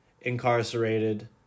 incarcerated